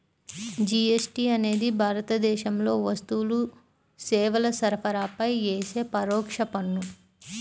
GST అనేది భారతదేశంలో వస్తువులు, సేవల సరఫరాపై యేసే పరోక్ష పన్ను